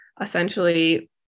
essentially